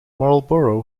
marlboro